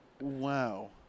Wow